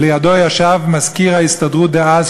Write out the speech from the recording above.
ולידו ישב מזכיר ההסתדרות דאז,